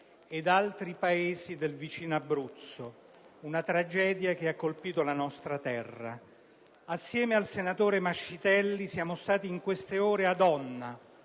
e altri paesi del vicino Abruzzo. Una tragedia che ha colpito la nostra terra. Assieme al senatore Mascitelli siamo stati in queste ore ad Onna,